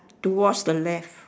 towards the left